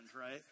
right